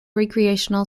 recreational